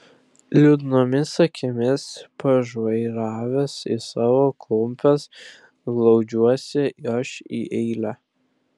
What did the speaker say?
liūdnomis akimis pažvairavęs į savo klumpes glaudžiuosi ir aš į eilę